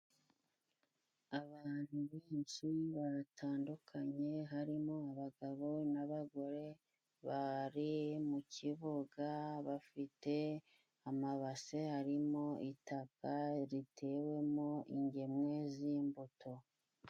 Abantu benshi batandukanye harimo abagabo n'abagore bari mu kibuga, bafite amabase harimo itapa ritewemo ingemwe z'imbuto.